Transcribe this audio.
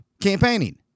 campaigning